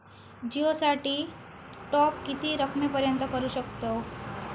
जिओ साठी टॉप किती रकमेपर्यंत करू शकतव?